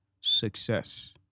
success